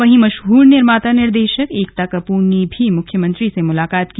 वहीं मशहर निर्माता निर्देशक एकता कपूर ने भी मुख्यमंत्री से मुलाकात की